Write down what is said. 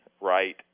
right